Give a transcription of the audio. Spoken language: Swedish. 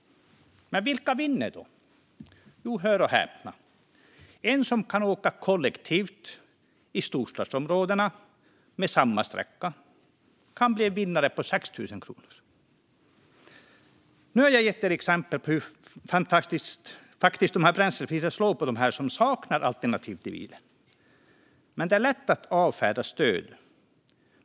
Men vilka vinner då? Jo, hör och häpna: En som kan åka kollektivt i storstadsområdena med samma sträcka kan bli en vinnare med 6 000 kronor. Nu har jag gett er exempel på hur bränslepriserna faktiskt slår mot dem som saknar alternativ till bilen. Det är lätt att avfärda stöd.